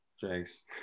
Jinx